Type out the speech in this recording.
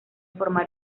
formar